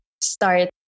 start